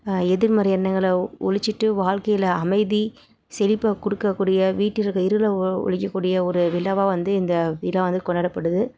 எதிர்மறை எண்ணங்களை ஒழிச்சிட்டு வாழ்க்கையில் அமைதி செழிப்பை கொடுக்கக்கூடிய வீட்டில் இருக்க இருளை ஒழிக்கக்கூடிய ஒரு விழாவாக வந்து இந்த விழா வந்து கொண்டாடப்படுது